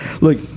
Look